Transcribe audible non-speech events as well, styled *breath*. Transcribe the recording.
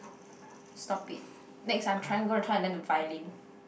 *breath* stop it next time trying I'm trying to learn the violin